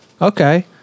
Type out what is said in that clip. Okay